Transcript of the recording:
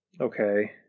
Okay